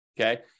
okay